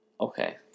Okay